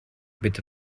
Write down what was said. bitte